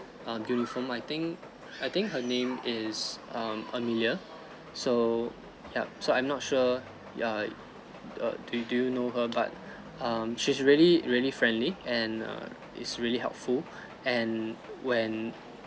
um uniform I think I think her name is um amelia so yup so I'm not sure ya uh do do you know her but um she's really really friendly and err is really helpful and when